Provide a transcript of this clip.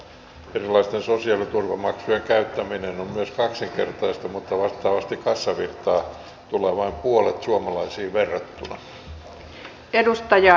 erilaisten sosiaaliturvamaksujen käyttäminen on myös kaksinkertaista mutta vastaavasti kassavirtaa tulee vain puolet suomalaisiin verrattuna